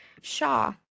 Shaw